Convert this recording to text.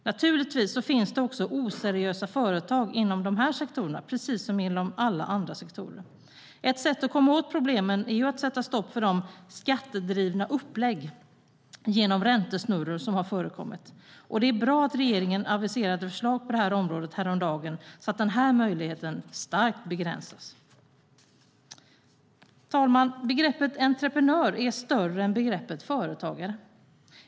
Naturligtvis finns det oseriösa företag också inom dessa sektorer, precis som inom alla andra sektorer. Ett sätt att komma åt problemen är att sätta stopp för de skattedrivna upplägg genom räntesnurror som har förekommit. Det är därför bra att regeringen aviserade förslag på detta område häromdagen så att denna möjlighet starkt begränsas. Herr talman! Begreppet entreprenör är större än begreppet företagare.